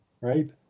right